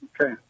Okay